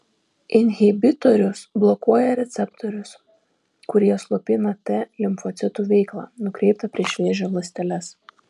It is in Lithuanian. inhibitorius blokuoja receptorius kurie slopina t limfocitų veiklą nukreiptą prieš vėžio ląsteles